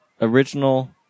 original